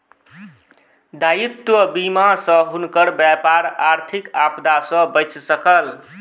दायित्व बीमा सॅ हुनकर व्यापार आर्थिक आपदा सॅ बचि सकल